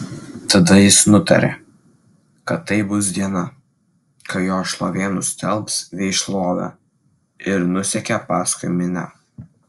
tada jis nutarė kad tai bus diena kai jo šlovė nustelbs vei šlovę ir nusekė paskui minią